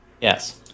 Yes